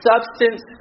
substance